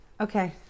Okay